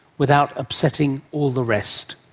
without upsetting all the rest.